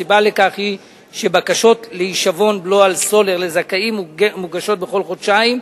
הסיבה לכך היא שבקשות להישבון בלו על סולר לזכאים מוגשות בכל חודשיים,